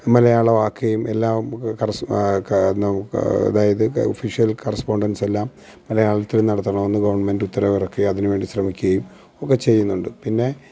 മലയാളം ആക്കുകയും എല്ലാം അതായത് ഒഫിഷ്യൽ കറസ്പോണ്ടൻസ് എല്ലാം മലയാളത്തിൽ നടത്തണമെന്ന് ഗവൺമെൻറ്റ് ഉത്തരവിറക്കി അതിനുവേണ്ടി ശ്രമിക്കുകയും ഒക്കെ ചെയ്യുന്നുണ്ട് പിന്നെ